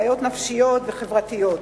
בעיות נפשיות וחברתיות.